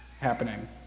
happening